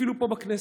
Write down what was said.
אפילו פה בכנסת.